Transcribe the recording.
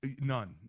None